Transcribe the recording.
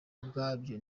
ubwabyo